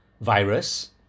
virus